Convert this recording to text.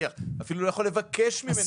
אפילו לא לבקש ממנו.